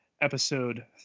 Episode